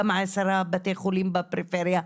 גם 10 בתי חולים בפריפריה,